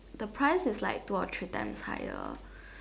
the price is like two or three times higher